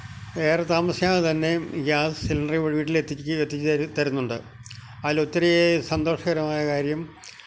ഏറെ താമസിയാതെ തന്നെയും ഗ്യാസിലണ്ടറിവിടെ വീട്ടിലെത്തിച്ച് എത്തിച്ച് തരുന്നുണ്ട് അയിലൊത്തിരി സന്തോഷകരമായ കാര്യം